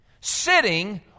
sitting